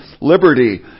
liberty